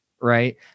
right